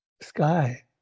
sky